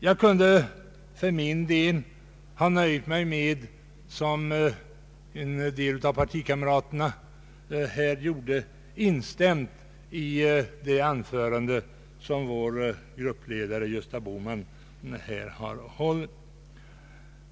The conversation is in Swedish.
Jag kunde för min del ha nöjt mig med att liksom en del av mina partikamrater här gjorde instämma i det anförande som vår gruppledare, herr Gösta Bohman, har hållit.